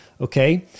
okay